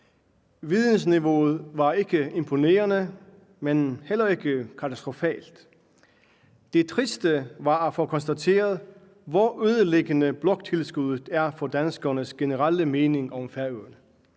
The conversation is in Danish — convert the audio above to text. Vidensniveauet var ikke imponerende, men heller ikke katastrofalt. Det triste var at få konstateret, hvor ødelæggende bloktilskuddet er for danskernes generelle mening om Færøerne,